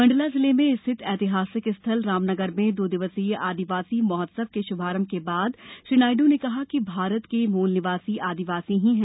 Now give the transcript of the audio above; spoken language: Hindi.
मंडला जिले में स्थित ऐतिहासिक स्थल रामनगर में दो दिवसीय आदिवासी महोत्सव के शुभारंभ के बाद श्री नायडू ने कहा कि भारत का मूल निवासी आदिवासी ही है